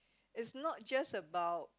is not just about